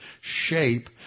shape